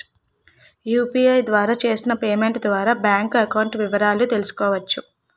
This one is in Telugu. యు.పి.ఐ ద్వారా చేసిన పేమెంట్ ద్వారా బ్యాంక్ అకౌంట్ వివరాలు తెలుసుకోవచ్చ?